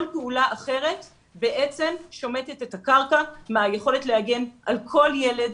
כל פעולה אחרת בעצם שומטת את הקרקע מהיכולת להגן על כל ילד,